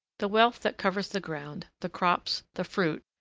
the wealth that covers the ground, the crops, the fruit,